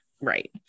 right